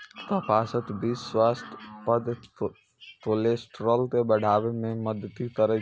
कपासक बीच स्वास्थ्यप्रद कोलेस्ट्रॉल के बढ़ाबै मे मदति करै छै